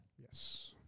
Yes